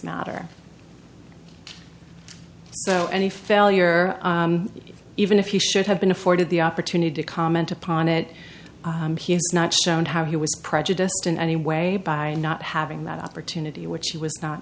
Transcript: matter so any failure even if he should have been afforded the opportunity to comment upon it he has not shown how he was prejudiced in any way by not having that opportunity which he was not